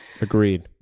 Agreed